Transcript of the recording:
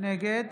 נגד